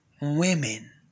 women